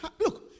look